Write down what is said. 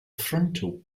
frontal